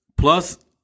Plus